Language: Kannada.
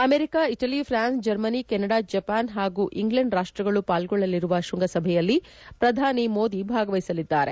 America Italy France Germany Canada Japan ಹಾಗೂ ಇಂಗ್ಲೆಂಡ್ ರಾಷ್ಸಗಳು ಪಾಲ್ಗೊಳ್ಳಲಿರುವ ಶ್ವಂಗ ಸಭೆಯಲ್ಲಿ ಪ್ರಧಾನಿ ಮೋದಿ ಭಾಗವಹಿಸಲಿದ್ದಾರೆ